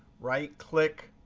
right click,